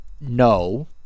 no